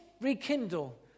rekindle